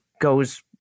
goes